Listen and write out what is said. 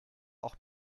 auch